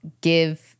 give